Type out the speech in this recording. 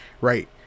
right